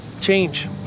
change